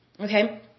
okay